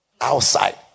Outside